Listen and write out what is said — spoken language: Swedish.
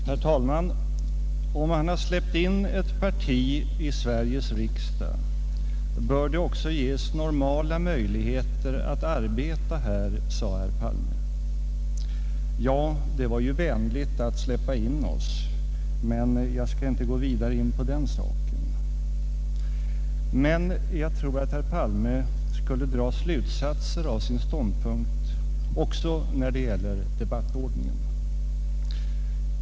Herr talman! Om man har släppt in ett parti i Sveriges riksdag, bör det också ges normala möjligheter att arbeta här, sade herr Palme. Det var ju vänligt att släppa in oss — jag skall inte gå vidare in på den saken — men herr Palme skulle nog dra slutsatser av sin ståndpunkt också när det gäller debattordningen.